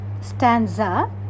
stanza